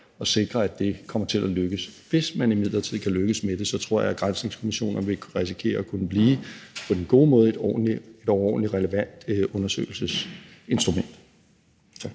at sikre, at det kommer til at lykkes. Hvis man imidlertid kan lykkes med det, tror jeg, at granskningskommissioner vil kunne risikere, på den gode måde, at blive et overordentlig relevant undersøgelsesinstrument.